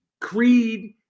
Creed